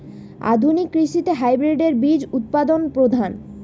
আধুনিক কৃষিতে হাইব্রিড বীজ উৎপাদন প্রধান